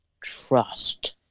trust